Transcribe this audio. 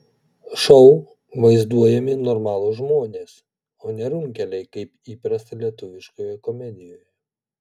šou vaizduojami normalūs žmonės o ne runkeliai kaip įprasta lietuviškoje komedijoje